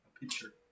Picture